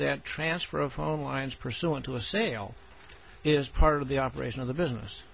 that transfer of home lines pursuant to a sale is part of the operation of the business